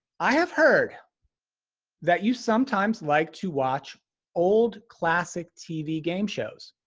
i have heard that you sometimes like to watch old classic tv game shows.